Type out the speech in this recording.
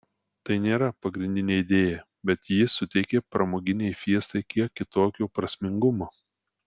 tai nėra pagrindinė idėja bet ji suteikia pramoginei fiestai kiek kitokio prasmingumo